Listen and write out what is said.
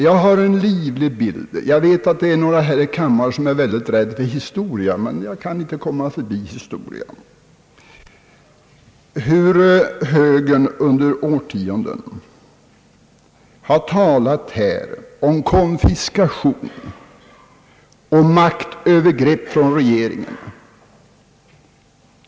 Jag vet att det är några ledamöter här i kammaren som är mycket rädda för historia, men jag kan inte bortse från historien. Jag har ett livligt minne av hur högern under årtionden här har talat om konfiskation och maktövergrepp från regeringens sida.